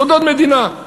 סודות מדינה,